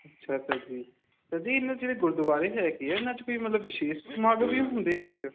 ਅੱਛਾ sir ji sir ji ਇਹ ਨਾ ਜਿਹੜੇ ਗੁਰਦੁਆਰੇ ਹੈਗੇ ਆ ਇਹਨਾਂ 'ਚ ਕੋਈ ਮਤਲਬ ਵਿਸ਼ੇਸ਼ ਸਮਾਗਮ ਵੀ ਹੁੰਦੇ ਹੈਗੇ ਆ